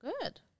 good